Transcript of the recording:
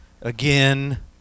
again